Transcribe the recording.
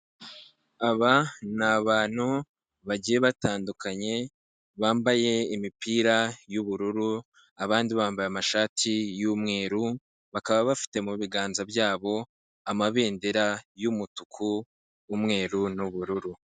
Aba ni abantu bagiye batandukanye bambaye imipira y'ubururu abandi bambaye amashati y'umweru. Bakaba bafite mu biganza byabo amabendera y'umutuku, umweru n'ubururu.